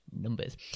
numbers